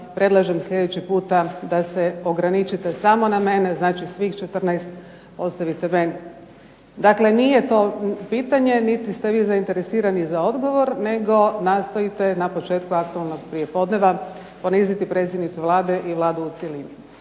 predlažem sljedeći puta da se ograničite samo na mene. Znači, svih 14 ostavite meni. Dakle, nije to pitanje niti ste vi zainteresirani za odgovor, nego nastojite na početku "aktualnog prijepodneva" poniziti predsjednicu Vlade i Vladu u cjelini.